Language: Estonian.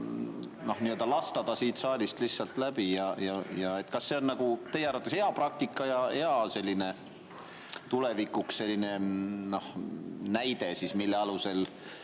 sidumata siit saalist lihtsalt läbi. Kas see on teie arvates hea praktika ja tulevikuks hea näide, mille alusel